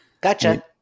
gotcha